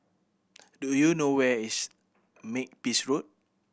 do you know where is Makepeace Road